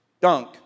Dunk